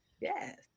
Yes